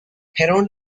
heron